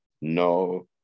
No